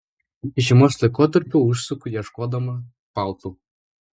žiemos laikotarpiu užsuku ieškodama paltų